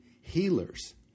healers